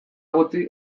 gutxi